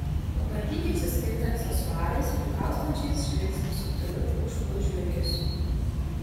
pabandyk išsiskirti aksesuarais prikaustančiais žvilgsnį subtiliu pilkšvu žvilgesiu